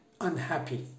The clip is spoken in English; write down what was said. unhappy